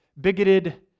bigoted